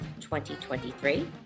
2023